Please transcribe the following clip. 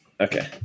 okay